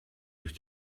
durch